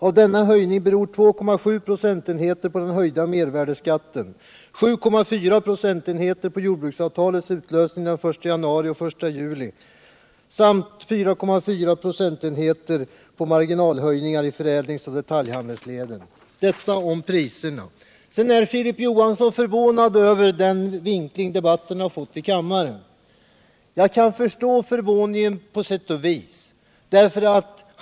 Av denna höjning beror 2,7 procentenheter på den höjda mervärdeskatten, 7,4 procentenheter på jordbruksavtalets utlösning den 1 januari och den 1 juli samt 4,4 procentenheter på marginalhöjningar i förädlingsoch detaljhandelsleden.” Detta om priserna. Filip Johansson är högst förvånad över den vinkling debatten i kammaren har fått. Jag kan på sätt och vis förstå förvåningen.